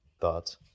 thoughts